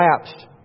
collapsed